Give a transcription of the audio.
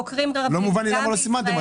לא מובן לי למה לא סימנתם.